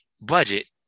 budget